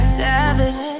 savage